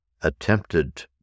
attempted